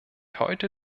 heute